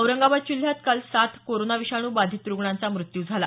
औरंगाबाद जिल्ह्यात काल सात कोरोना विषाणू बाधित रुग्णांचा मृत्यू झाला